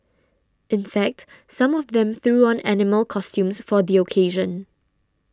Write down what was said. in fact some of them threw on animal costumes for the occasion